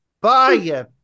Bye